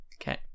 Okay